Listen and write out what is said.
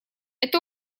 это